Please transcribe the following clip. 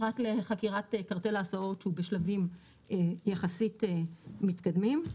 פרט לחקירת קרטל ההסעות שהיא בשלבים יחסית מתקדמים.